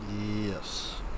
Yes